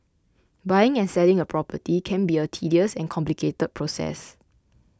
buying and selling a property can be a tedious and complicated process